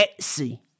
Etsy